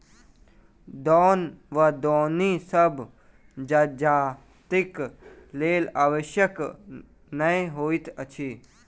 दौन वा दौनी सभ जजातिक लेल आवश्यक नै होइत अछि